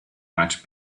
much